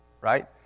right